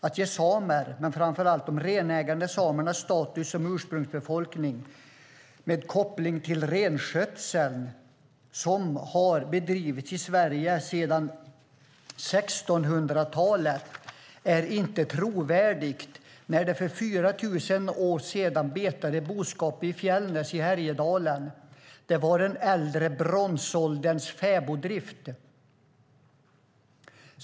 Att ge samer men framför allt de renägande samerna status som ursprungsbefolkning med koppling till renskötseln, som har bedrivits i Sverige sedan 1600-talet, är inte trovärdigt, när det för 4 000 år sedan betade boskap i Fjällnäs i Härjedalen. Det var den äldre bronsålderns fäboddrift.